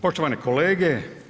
Poštovani kolege.